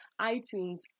iTunes